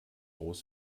aus